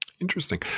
Interesting